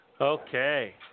Okay